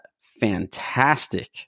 fantastic